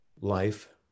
life